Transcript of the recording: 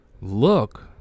look